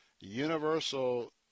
Universal